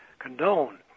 Condone